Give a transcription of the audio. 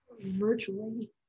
virtually